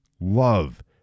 love